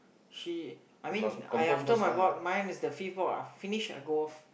she I mean I after my vote mine is the fifth vote ah finish I go off